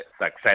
success